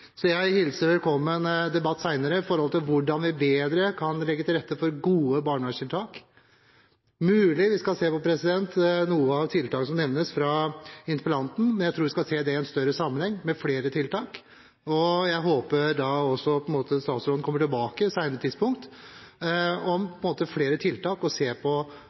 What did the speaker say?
Så jeg hilser velkommen en senere debatt om hvordan vi bedre kan legge til rette for gode barnevernstiltak. Det er mulig vi skal se på noen av tiltakene som nevnes fra interpellanten, men jeg tror vi skal se det i en større sammenheng, med flere tiltak. Jeg håper også statsråden kommer tilbake på et senere tidspunkt med flere tiltak og tilbud, for å se på